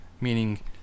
meaning